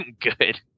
good